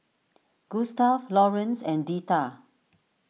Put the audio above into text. Gustaf Lawrance and Deetta